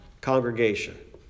congregation